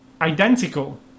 identical